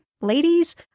ladies